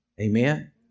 Amen